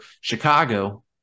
Chicago